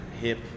hip